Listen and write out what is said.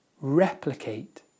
replicate